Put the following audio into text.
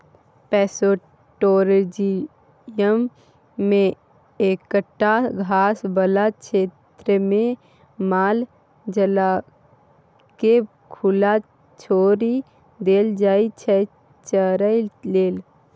pastoralism मे एकटा घास बला क्षेत्रमे माल जालकेँ खुला छोरि देल जाइ छै चरय लेल